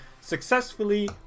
successfully